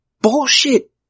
bullshit